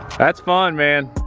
that's fun man.